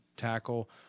tackle